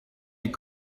des